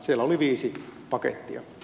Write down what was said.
siellä oli viisi pakettia